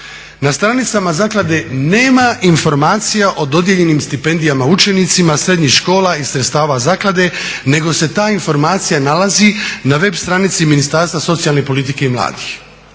na stranicama zaklade nema informacijama o dodijeljenim stipendijama učenica srednjih škola iz sredstava zaklade nego se ta informacijama nalazi na web stranici Ministarstva socijalne politike i mladih.